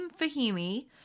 Fahimi